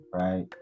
right